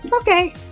okay